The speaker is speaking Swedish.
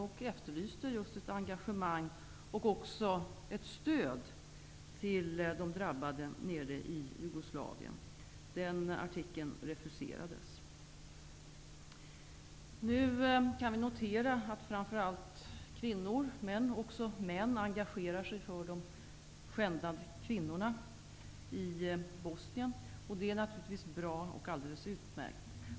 Jag efterlyste just ett engagemang och ett stöd för de drabbade i Nu kan man notera att framför allt kvinnor men också män engagerar sig för de skändade kvinnorna i Bosnien. Det är naturligtvis alldeles utmärkt.